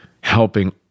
helping